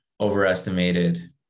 overestimated